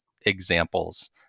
examples